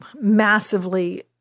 massively